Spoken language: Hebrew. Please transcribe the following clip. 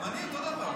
גם אני, אותו דבר.